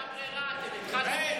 לא הייתה ברירה, אתם התחלתם,